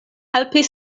helpis